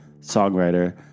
songwriter